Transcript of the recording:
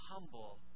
humble